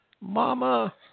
Mama